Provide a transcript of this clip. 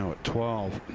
um at twelve.